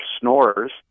snorers